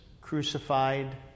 crucified